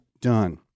done